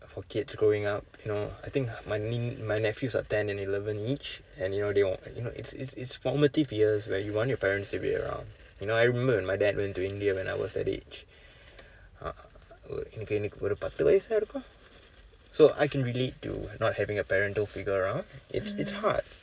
for kids growing up you know I think my nie~ my nephews are ten and eleven each and you know they you know it's it's it's formative years where you want your parents to be around you know I remember when my dad went to India when I was that age uh எனக்கு எனக்கு ஒரு பத்து வயதா இருக்கும்:enakku enakku oru patthu vayathu irukkum so I can relate to not having a parental figure around it's it's hard